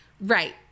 Right